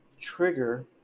trigger